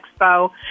expo